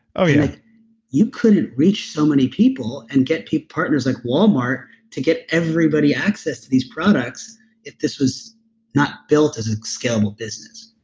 oh yeah you couldn't reach so many people and get partners like wal-mart to get everybody access to these products if this was not built as a scalable business